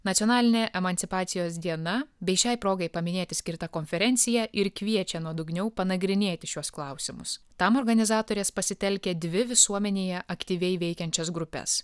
nacionalinė emancipacijos diena bei šiai progai paminėti skirta konferencija ir kviečia nuodugniau panagrinėti šiuos klausimus tam organizatorės pasitelkia dvi visuomenėje aktyviai veikiančias grupes